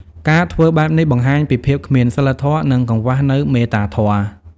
ការធ្វើបែបនេះបង្ហាញពីភាពគ្មានសីលធម៌ និងកង្វះនូវមេត្តាធម៌។